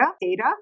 data